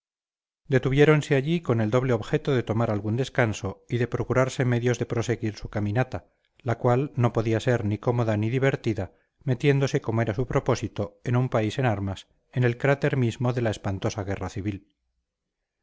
mayor detuviéronse allí con el doble objeto de tomar algún descanso y de procurarse medios de proseguir su caminata la cual no podía ser ni cómoda ni divertida metiéndose como era su propósito en un país en armas en el cráter mismo de la espantosa guerra civil